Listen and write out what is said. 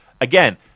again